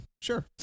Sure